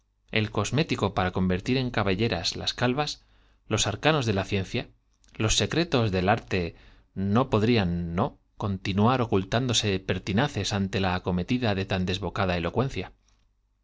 el cosmético para convertir en cbelleras las calvas del arte no los arcanos de la ciencia los secretos podrían no continuar ocultándose pertinaces ante la acometida de tan desbocada elocuencia